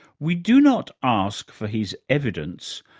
we do not ask for his evidence,